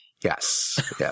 Yes